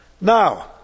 Now